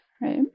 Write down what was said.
Right